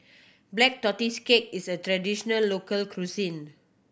Black Tortoise Cake is a traditional local cuisine